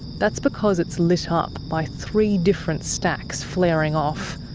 that's because it's lit ah up by three different stacks flaring off,